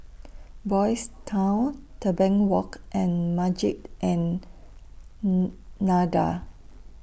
Boys' Town Tebing Walk and Masjid An Nahdhah